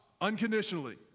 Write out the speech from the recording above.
unconditionally